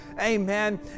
amen